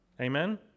amen